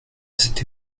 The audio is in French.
cette